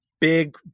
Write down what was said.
big